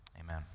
amen